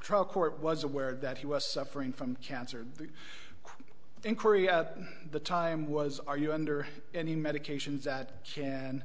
trial court was aware that he was suffering from cancer in korea at the time was are you under any medications that can